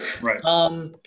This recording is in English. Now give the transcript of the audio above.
right